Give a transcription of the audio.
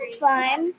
fun